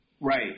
Right